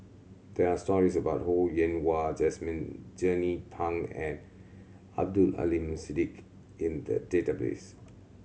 there are stories about Ho Yen Wah Jesmine Jernnine Pang and Abdul Aleem Siddique in the database